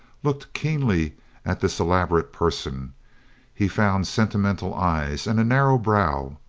looked keenly at this elab orate person he found sentimental eyes and a narrow brow.